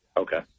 okay